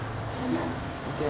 nanti ah